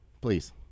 please